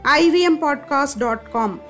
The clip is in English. ivmpodcast.com